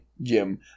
Jim